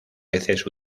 veces